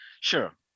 Sure